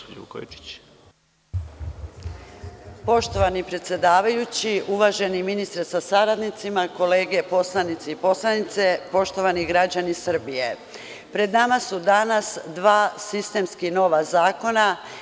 Poštovani predsedavajući, uvaženi ministre sa saradnicima, kolege poslanici i poslanice, poštovani građani Srbije, pred nama su danas dva sistemski nova zakona.